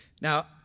Now